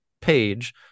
page